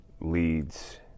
leads